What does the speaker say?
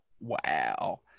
Wow